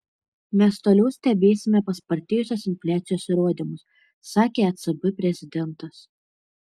mes toliau stebėsime paspartėjusios infliacijos įrodymus sakė ecb prezidentas